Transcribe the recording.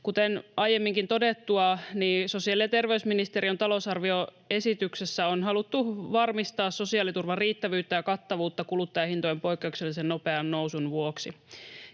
Kuten aiemminkin todettua, sosiaali- ja terveysministeriön talousarvioesityksessä on haluttu varmistaa sosiaaliturvan riittävyyttä ja kattavuutta kuluttajahintojen poikkeuksellisen nopean nousun vuoksi.